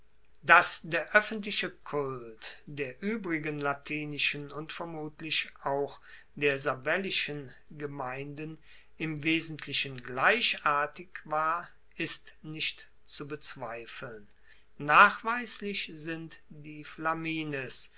dass der oeffentliche kult der uebrigen latinischen und vermutlich auch der sabellischen gemeinden im wesentlichen gleichartig war ist nicht zu bezweifeln nachweislich sind die flamines